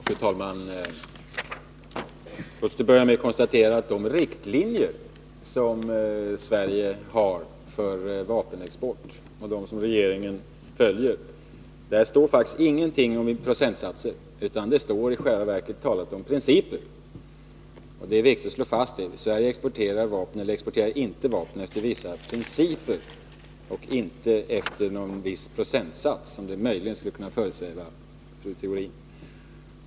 Fru talman! Låt oss till att börja med konstatera att i de riktlinjer som Sverige har för vapenexport och som regeringen alltså följer står det faktiskt ingenting om procentsatser, utan där talas det i själva verket om principer. Det är viktigt att slå fast detta: Sverige exporterar eller exporterar inte vapen efter vissa principer och inte efter någon viss procentsats, om det möjligen skulle kunna föresväva fru Theorin.